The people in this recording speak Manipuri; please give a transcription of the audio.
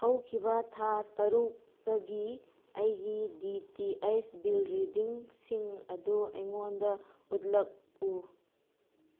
ꯍꯧꯈꯤꯕ ꯊꯥ ꯇꯔꯨꯛꯇꯒꯤ ꯑꯩꯒꯤ ꯗꯤ ꯇꯤ ꯑꯩꯁ ꯕꯤꯜ ꯔꯤꯗꯤꯡꯁꯤꯡ ꯑꯗꯨ ꯑꯩꯉꯣꯟꯗ ꯎꯠꯂꯛꯎ